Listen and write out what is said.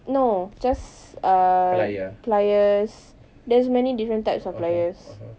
no just uh pliers there's many different types of pliers